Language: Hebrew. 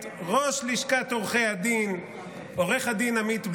את ראש לשכת עורכי הדין עו"ד עמית בכר,